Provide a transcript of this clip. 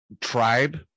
tribe